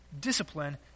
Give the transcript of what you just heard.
discipline